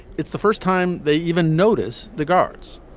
it's the first time they even notice the guards.